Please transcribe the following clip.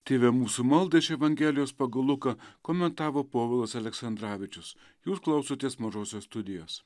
tėve mūsų maldą iš evangelijos pagal luką komentavo povilas aleksandravičius jūs klausotės mažosios studijos